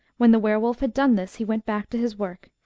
when the were-wolf had done this he went back to his work,